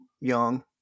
young